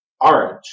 orange